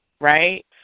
right